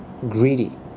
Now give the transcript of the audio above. greedy